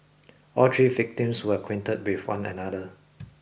all three victims were acquainted with one another